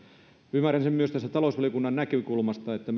ymmärrän sen myös tästä talousvaliokunnan näkökulmasta että